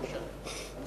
בבקשה.